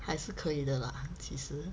还是可以的啦其实